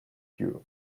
cue